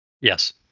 Yes